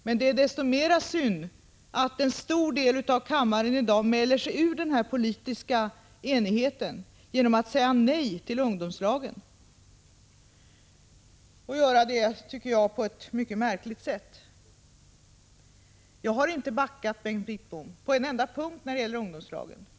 Men det är desto mer synd att en stor del av kammarens ledamöter mäler sig ut ur denna politiska enighet genom att säga nej till ungdomslagen, och de gör det, tycker jag, på ett mycket märkligt sätt. Jag har inte backat, Bengt Wittbom, inte på någon enda punkt när det gäller ungdomslagen.